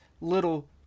little